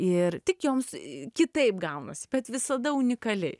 ir tik joms kitaip gaunasi bet visada unikaliai